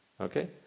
Okay